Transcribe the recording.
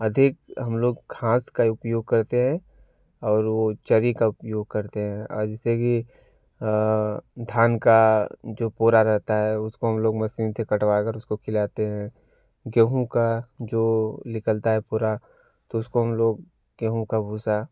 अधिक हम लोग घास का ही उपयोग करते है और वो चरी का उपयोग करते है जैसे कि धान का जो पोरा रहता है उसको हम लोग मशीन से कटवाकर उसको खिलाते है गेहूँ का निकलता है पूरा तो उसको हम लोग गेहूँ का भूसा